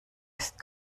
ist